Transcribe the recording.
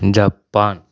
Japan